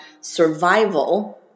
survival